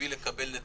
אז יש תחלואה.